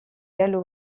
gallo